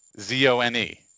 Z-O-N-E